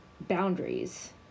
boundaries